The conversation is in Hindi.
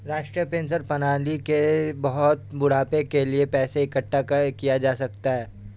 राष्ट्रीय पेंशन प्रणाली के तहत बुढ़ापे के लिए पैसा इकठ्ठा किया जा सकता है